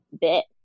bit